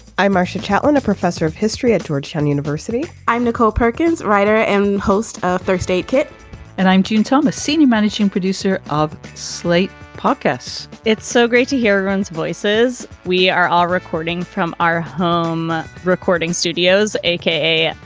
i'm marcia chatillon, a professor of history at georgetown university. i'm nicole perkins, writer and host of thursday and i'm june thomas, senior managing producer of slate podcasts. it's so great to hear one's voices we are all recording from our home recording studios a k a.